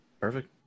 Perfect